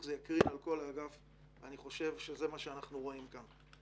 זה יקרים על כל האגף ואני חושב שזה מה שאנחנו רואים כאן.